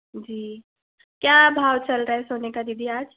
जी क्या भाव चल रहा है सोने का दीदी आज